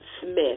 Smith